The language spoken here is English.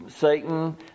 Satan